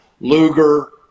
Luger